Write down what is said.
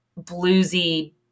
bluesy